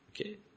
Okay